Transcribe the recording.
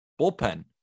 bullpen